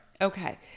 Okay